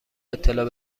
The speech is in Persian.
اطلاع